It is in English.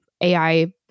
AI